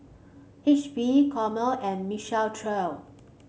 H P Chomel and Michael Trio